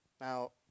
Now